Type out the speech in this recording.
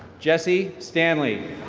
jessie stanley.